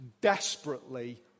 desperately